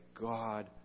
God